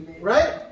Right